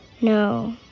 No